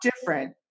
different